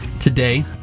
today